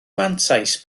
mantais